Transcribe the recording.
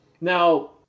now